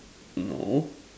no